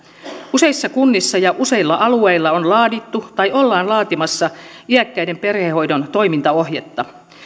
useissa kunnissa ja useilla alueilla on laadittu tai ollaan laatimassa iäkkäiden perhehoidon toimintaohjetta